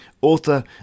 author